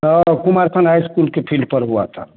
हँ Kumarkhand high school के field पर हुआ था